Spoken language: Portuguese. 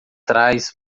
traz